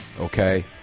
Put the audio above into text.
okay